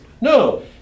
No